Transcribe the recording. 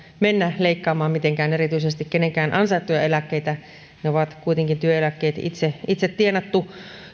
mennä leikkaamaan mitenkään erityisesti kenenkään ansaittuja eläkkeitä työeläkkeet on kuitenkin itse tienattu